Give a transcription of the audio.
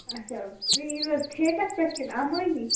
اچھا تُہۍ یِیٖوا حظ ٹھیکس پٮ۪ٹھ کِنہٕ اَمٲنی